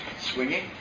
swinging